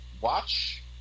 watch